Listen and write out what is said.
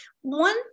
One